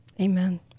Amen